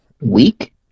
week